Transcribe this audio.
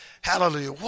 hallelujah